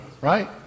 right